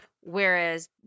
Whereas